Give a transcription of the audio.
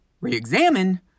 re-examine